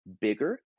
bigger